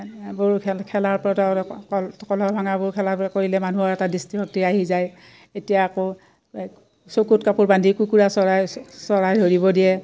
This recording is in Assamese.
এইবোৰ খেল খেলাৰ ওপৰত কলহৰ ভাঙাবোৰ খেলাৰ কৰিলে মানুহৰ এটা দৃষ্টিশক্তি আহি যায় এতিয়া আকৌ চকুত কাপোৰ বান্ধি কুকুৰা চৰাই চৰাই ধৰিব দিয়ে